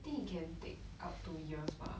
I think it can take up to years 吧